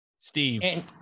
Steve